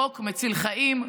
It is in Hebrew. חוק מציל חיים,